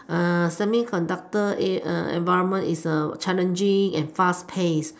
semi conductor a environment is challenging and fast paced